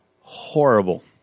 horrible